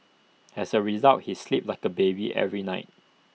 as A result he sleeps like A baby every night